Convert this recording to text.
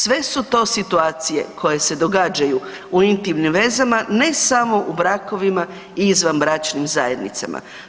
Sve su to situacije koje se događaju u intimnim vezama, ne samo u brakovima i izvanbračnim zajednicama.